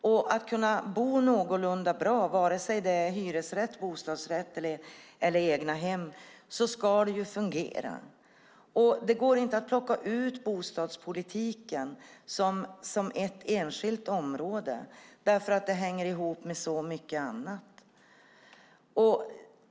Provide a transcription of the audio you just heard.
Det ska fungera att bo någorlunda bra, vare sig det är i hyresrätt, bostadsrätt eller egnahem. Det går inte att plocka ut bostadspolitiken som ett enskilt område, för det hänger ihop med så mycket annat.